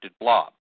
blob